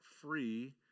free